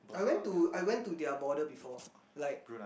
I went to I went to their border before like